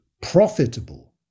profitable